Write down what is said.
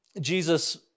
Jesus